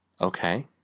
Okay